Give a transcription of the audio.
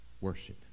worship